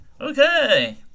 Okay